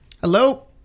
Hello